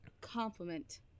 compliment